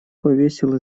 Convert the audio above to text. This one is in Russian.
повесил